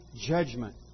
judgment